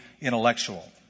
intellectual